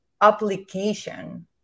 application